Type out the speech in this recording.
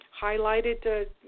highlighted